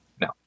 No